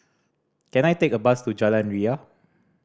can I take a bus to Jalan Ria